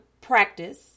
practice